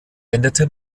änderte